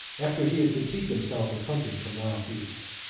after he had fatigued himself with hunting some wild beasts.